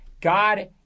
God